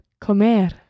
Comer